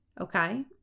okay